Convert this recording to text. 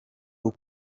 uwo